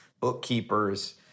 bookkeepers